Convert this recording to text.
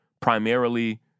primarily